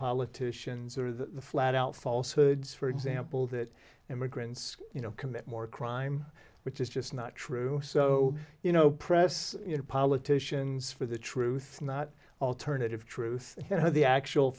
politicians or the flat out false hoods for example that immigrants you know commit more crime which is just not true so you know press your politicians for the truth not alternative truth the actual